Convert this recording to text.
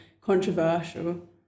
controversial